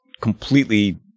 completely